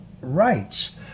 rights